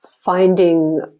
finding